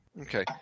Okay